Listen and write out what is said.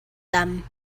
them